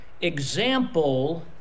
Example